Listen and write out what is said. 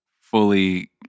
fully